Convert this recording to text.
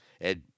Ed